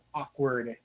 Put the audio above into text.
awkward